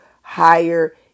higher